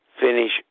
Finish